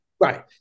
Right